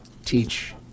teach